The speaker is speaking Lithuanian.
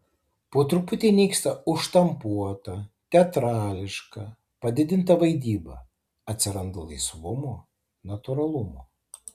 po truputį nyksta užštampuota teatrališka padidinta vaidyba atsiranda laisvumo natūralumo